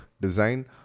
design